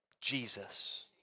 Jesus